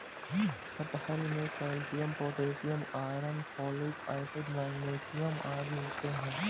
कटहल में calcium potassium iron folic acid magnesium आदि होते हैं